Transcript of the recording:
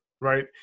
right